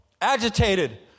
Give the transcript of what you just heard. agitated